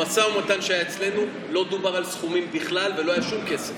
במשא ומתן שהיה אצלנו לא דובר על סכומים בכלל ולא היה שום כסף.